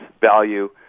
value